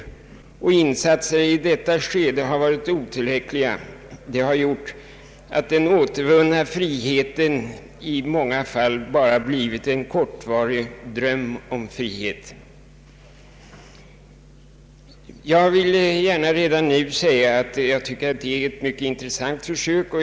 Samhällets insatser i detta skede har varit otillräckliga. Den återvunna friheten har därför i många fall bara blivit en kortvarig dröm om frihet. Jag vill gärna redan nu säga att jag tycker att detta är ett mycket intressant försök.